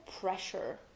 pressure